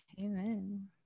amen